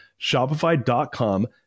shopify.com